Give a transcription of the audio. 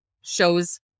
shows